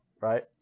right